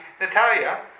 Natalia